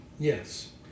Yes